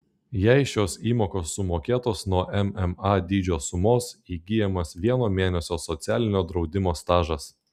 jei šios įmokos sumokėtos nuo mma dydžio sumos įgyjamas vieno mėnesio socialinio draudimo stažas